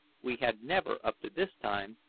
we had never, up to this time,